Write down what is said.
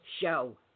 show